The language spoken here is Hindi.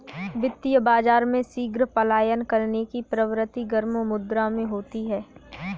वित्तीय बाजार में शीघ्र पलायन करने की प्रवृत्ति गर्म मुद्रा में होती है